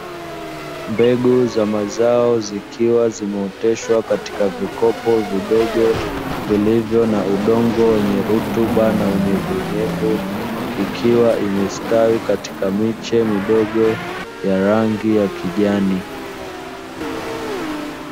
Mbegu za mazao, zikiwa zimeoteshwa katika vikopo vidogo vilivyo na udongo wenye rutuba na unyevunyevu, ikiwa imestawi katika miche midogo ya rangi ya kijani.